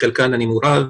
חלקן אני מעורב.